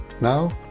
Now